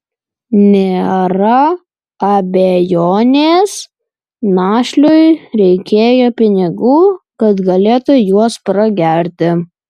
nėra abejonės našliui reikėjo pinigų kad galėtų juos pragerti